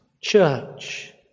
church